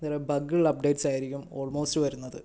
കുറെ ബഗ്ഗ് ഉള്ള അപ്ഡേറ്റ്സ് ആയിരിക്കും ഓൾമോസ്റ്റ് വരുന്നത്